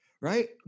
right